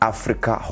Africa